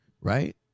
Right